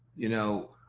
you know,